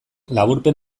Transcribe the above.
laburpen